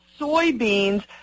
soybeans